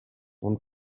one